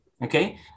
Okay